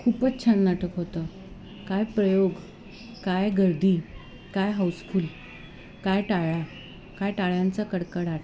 खूपच छान नाटक होतं काय प्रयोग काय गर्दी काय हाऊसफूल काय टाळ्या काय टाळ्यांचा कडकडाट